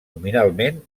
nominalment